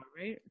right